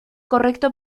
correcto